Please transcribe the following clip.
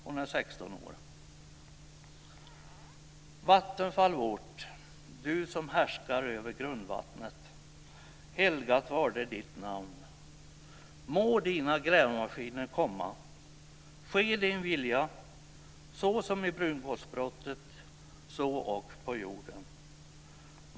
Hon är 16 år: Vattenfall vårt, du som härskar över grundvattnet helgat varde ditt namn må dina grävmaskiner komma ske din vilja så som i brunkolsbrottet, så ock på jorden.